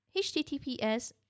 https